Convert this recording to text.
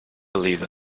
believe